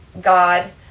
God